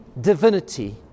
divinity